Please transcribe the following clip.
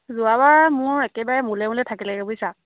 যোৱাবাৰ মোৰ একেবাৰে মুলে মুলে থাকিলেগৈ বুইছা